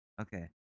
Okay